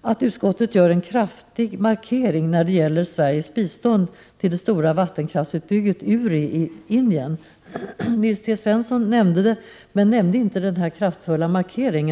att utskottet gör en kraftig markering när det gäller Sveriges bistånd till det stora vattenkraftsbygget Urii Indien. Nils T Svensson nämnde det, men sade ingenting om den kraftfulla markeringen.